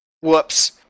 whoops